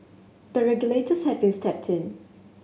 the regulators have been stepped in